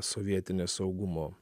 sovietinės saugumo